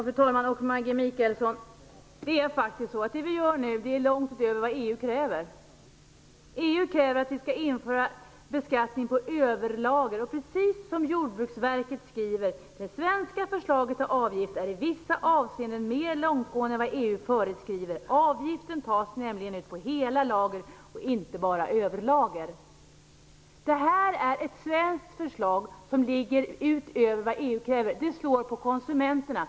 Fru talman! Det vi gör nu är långt utöver vad EU kräver, Maggi Mikaelsson. EU kräver att vi skall införa beskattning på överlager. Det svenska Jordbruksverket hävdar att det svenska förslaget till avgift är i vissa avseenden mer långtgående än vad EU föreskriver. Avgiften tas nämligen ut på hela lager och inte bara på överlager. Det här är ett svenskt förslag som går utöver vad EU kräver. Det slår på konsumenterna.